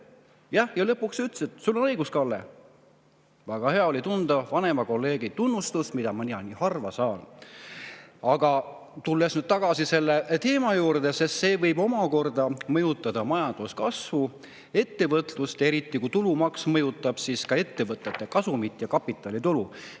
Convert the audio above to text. ja lõpuks sa ütlesid: "Sul on õigus, Kalle." Väga hea oli tunda vanema kolleegi tunnustust, mida mina nii harva saan. Aga tulles nüüd tagasi selle teema juurde, see võib omakorda mõjutada majanduskasvu, ettevõtlust, eriti kui tulumaks mõjutab ka ettevõtete kasumit ja kapitalitulu.